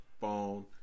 phone